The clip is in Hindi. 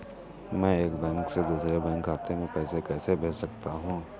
मैं एक बैंक से दूसरे बैंक खाते में पैसे कैसे भेज सकता हूँ?